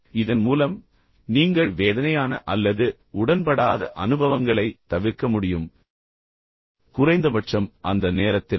இதன் மூலம் நீங்கள் வேதனையான அல்லது உடன்படாத அனுபவங்களைத் தவிர்க்க முடியும் குறைந்தபட்சம் அந்த நேரத்திற்கு